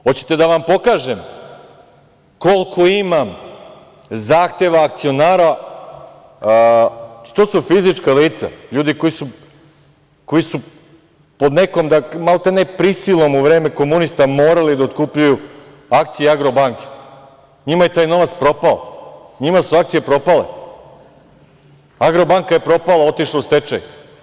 Hoćete da vam pokažem koliko imam zahteva akcionara, to su fizička lica, ljudi koji su pod nekom prisilom u vreme komunista morali da otkupljuju akcije „Agrobanke“ njima je taj novac propao, njima su akcije propale, „Agrobanka“ je propala, otišla u stečaj.